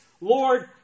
Lord